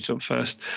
first